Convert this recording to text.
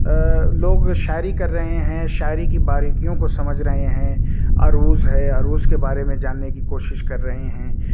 لوگ شاعری کر رہے ہیں شاعری کی باریکیوں کو سمجھ رہے ہیں عروض ہے عروض کے بارے میں جاننے کی کوشش کر رہے ہیں